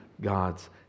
God's